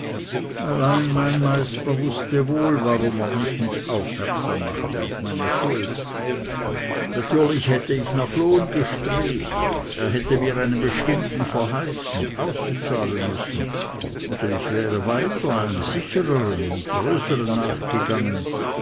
allein mein meister wußte wohl warum er mich nicht aufmerksam machte auf meine schuld und auch die gemeinde tat es nicht denn die besteht eben aus lauter meistern natürlich hätte ich nach lohn gestrebt er hätte mir einen bestimmten verheißen ausbezahlen müssen oder ich wäre weiter einem sichereren und größeren nachgegangen